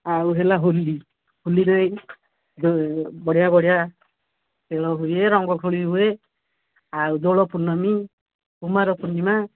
ଆଉ ହେଲା ହୋଲି ହୋଲିରେ ବଢ଼ିଆ ବଢ଼ିଆ ଖେଳ ହୁଏ ରଙ୍ଗ ଖେଳ ହୁଏ ଆଉ ଦୋଳ ପୂର୍ଣ୍ଣିମା କୁମାର ପୂର୍ଣ୍ଣିମା